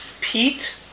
Pete